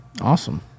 Awesome